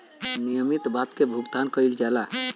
नियमित भुगतान के बात कइल जाला